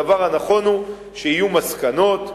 הדבר הנכון הוא שיהיו מסקנות.